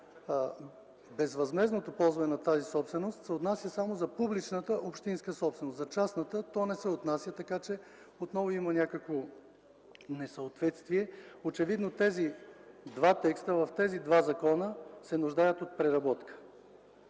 безвъзмездното ползване на тази собственост се отнася само за публичната общинска собственост. За частната то не се отнася, така че отново има някакво несъответствие. Очевидно тези два текста в тези два закона се нуждаят от преработка.